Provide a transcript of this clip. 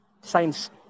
science